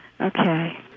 Okay